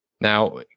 Now